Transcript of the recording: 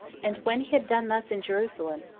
and when he had done thus in jerusalem,